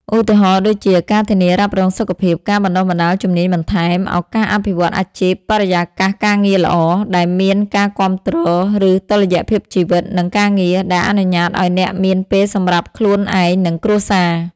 ឧទាហរណ៍ ដូចជា ការធានារ៉ាប់រងសុខភាព ការបណ្ដុះបណ្ដាលជំនាញបន្ថែម ឱកាសអភិវឌ្ឍន៍អាជីព បរិយាកាសការងារល្អ ដែលមានការគាំទ្រ ឬ តុល្យភាពជីវិត និងការងារ ដែលអនុញ្ញាតឲ្យអ្នកមានពេលសម្រាប់ខ្លួនឯង និងគ្រួសារ?